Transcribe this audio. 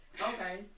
Okay